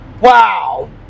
wow